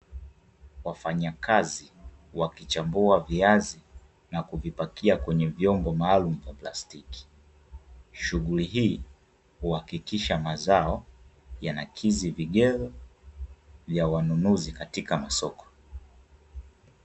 Wafanyakazi wakichagua viazi na kuvipakia kwenye vyombo maalumu vya plastiki, shughuli hii huhakikisha mazao, yanakidhi vigezo vya wanunuzi katika masoko.